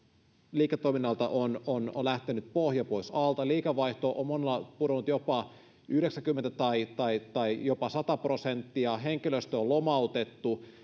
liiketoiminnaltaan on on lähtenyt pohja pois alta liikevaihto on monella pudonnut jopa yhdeksänkymmentä tai jopa sata prosenttia henkilöstö on lomautettu ja